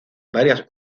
varias